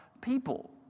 people